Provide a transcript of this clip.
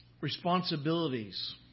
responsibilities